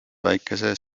väikese